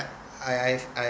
I I I've